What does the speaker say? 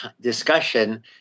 discussion